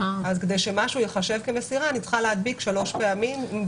כדי שמשהו ייחשב כמסירה אני צריכה להדביק שלוש פעמים.